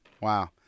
Wow